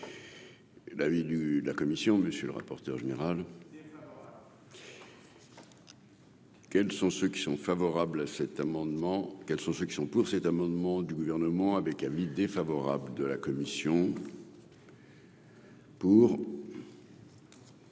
La avis du de la commission, monsieur le rapporteur général. Lors. Quels sont ceux qui sont favorables à cet amendement, quels sont ceux qui sont pour cet amendement du gouvernement avec avis défavorable de la commission. Pour.